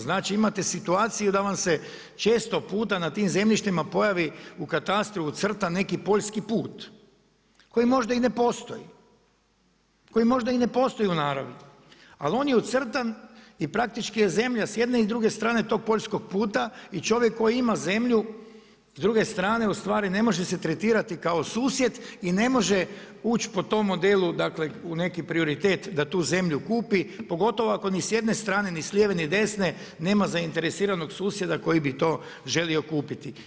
Znači imate situaciju da vam se često puta na tim zemljištima pojavi u katastru ucrta neki poljski put koji možda i ne postoji u naravi, ali on je ucrtan i praktički je zemlja s jedne i s druge strane tog poljskog puta i čovjek koji ima zemlju s druge strane ne može se tretirati kao susjed i ne može uć po tom modelu u neki prioritet da tu zemlju kupi, pogotovo ako ni s jedne strane ni s lijeve ni desne nema zainteresiranog susjeda koji bi to želio kupiti.